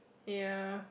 ya